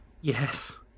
Yes